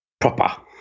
proper